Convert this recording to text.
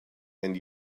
and